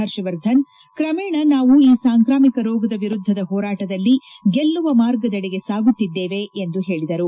ಹರ್ಷವರ್ಧನ್ ಕ್ರಮೇಣ ನಾವು ಈ ಸಾಂಕ್ರಾಮಿಕ ರೋಗದ ವಿರುದ್ದದ ಹೋರಾಟದಲ್ಲಿ ಗೆಲ್ಲುವ ಮಾರ್ಗದೆಡೆಗೆ ಸಾಗುತ್ತಿದ್ದೇವೆ ಎಂದು ಹೇಳಿದರು